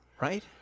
right